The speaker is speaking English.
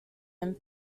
him